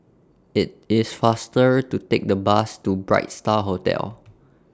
IT IS faster to Take The Bus to Bright STAR Hotel